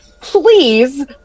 please